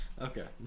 Okay